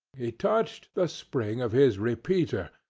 he touched the spring of his repeater,